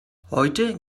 heute